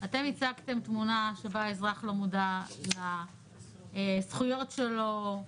אתם הצגתם תמונה שבה האזרח לא מודע לזכויות שלו,